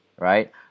right